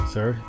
Sir